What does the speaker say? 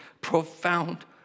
profound